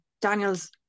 Daniel's